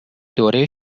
دوره